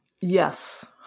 Yes